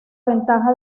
ventaja